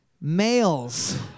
males